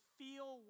feel